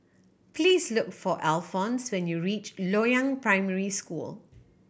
please look for Alphons when you reach Loyang Primary School